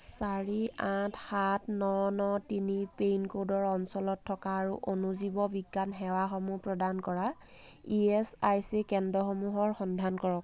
চাৰি আঠ সাত ন ন তিনি পিনক'ডৰ অঞ্চলত থকা আৰু অণুজীৱ বিজ্ঞান সেৱাসমূহ প্ৰদান কৰা ই এছ আই চি কেন্দ্ৰসমূহৰ সন্ধান কৰক